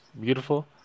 Beautiful